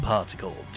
Particle